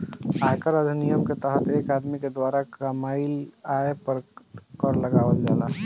आयकर अधिनियम के तहत एक आदमी के द्वारा कामयिल आय पर कर लगावल जाला